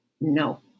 no